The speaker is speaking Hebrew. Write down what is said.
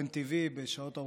בשעות ארוכות של דיונים,